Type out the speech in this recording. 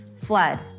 flood